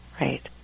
Right